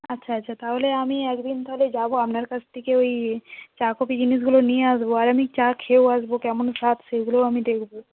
আচ্ছা আচ্ছা তাহলে আমি এক দিন তাহলে যাব আপনার কাছ থেকে ওই চা কফি জিনিসগুলো নিয়ে আসবো আর আমি চা খেয়েও আসবো কেমন স্বাদ সেগুলোও আমি দেখব